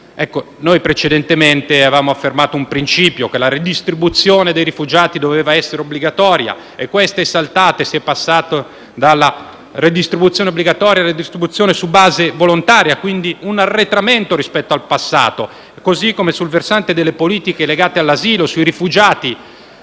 Noi precedentemente avevamo affermato il principio secondo cui la redistribuzione dei rifugiati dovesse essere obbligatoria. Ebbene, questo principio è saltato e si è passati dalla redistribuzione obbligatoria alla redistribuzione su base volontaria; quindi, un arretramento rispetto al passato. Sul versante delle politiche legate all'asilo dei rifugiati